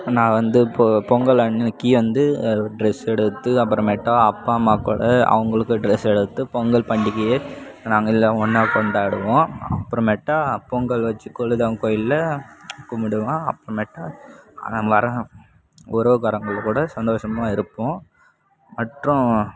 நான் வந்து இப்போது பொங்கல் அன்றைக்கி வந்து டிரெஸ் எடுத்து அப்புறமேட்டா அப்பா அம்மா கூட அவங்களுக்கு டிரெஸ் எடுத்து பொங்கல் பண்டிகையை நாங்களெலாம் ஒன்றா கொண்டாடுவோம் அப்புறமேட்டா பொங்கல் வைச்சு குலதெய்வம் கோயிலில் கும்பிடுவோம் அப்புறமேட்டா அங்கே வர உறவுக்காரங்கள் கூட சந்தோஷமாக இருப்போம் மற்றும்